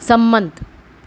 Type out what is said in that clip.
સંમત